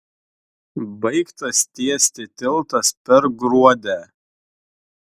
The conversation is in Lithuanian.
baigtas tiesti tiltas per gruodę